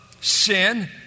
sin